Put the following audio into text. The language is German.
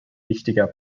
wichtiger